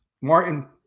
Martin